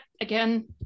again